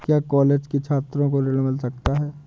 क्या कॉलेज के छात्रो को ऋण मिल सकता है?